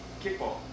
kickball